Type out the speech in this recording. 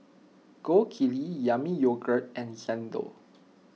Gold Kili Yami Yogurt and Xndo